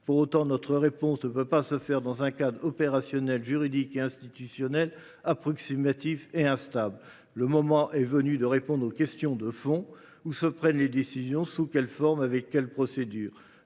Pour autant, notre réponse ne peut pas se faire dans un cadre opérationnel, juridique et institutionnel approximatif et instable. Le moment est venu de répondre aux questions de fond : où se prennent les décisions, sous quelles formes et avec quelles procédures